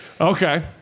Okay